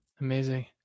amazing